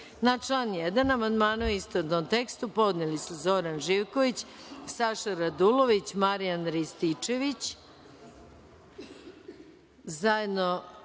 član 1. amandmane, u istovetnom tekstu, podneli su Zoran Živković, Saša Radulović, Marijan Rističević, zajedno